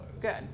Good